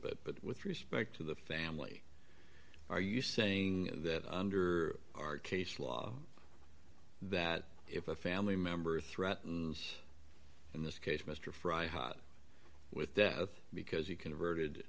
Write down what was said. bit but with respect to the family are you saying that under our case law that if a family member threatens in this case mr fry hot with death because you converted